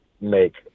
make